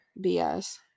BS